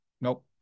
nope